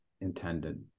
intended